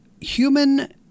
human